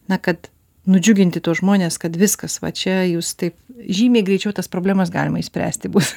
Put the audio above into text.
na kad nudžiuginti tuos žmones kad viskas va čia jūs taip žymiai greičiau tas problemas galima išspręsti bus